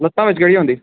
लता बिच केहडी होंदी